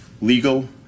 legal